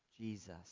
Jesus